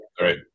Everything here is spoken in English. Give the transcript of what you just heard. right